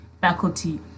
faculty